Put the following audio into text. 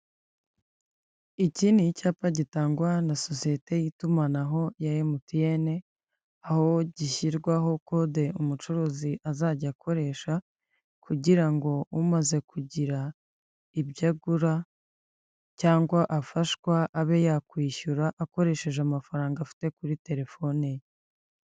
Iki ni icyapa gitangwa na sosiyete y'itumanaho ya emutiyene, aho gishyirwaho kode umucuruzi azajya akoresha kugira ngo umaze kugira ibyo agura cyangwa afashwa abe yakwishyura akoresheje amafaranga afite kuri telefone ye.